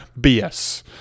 BS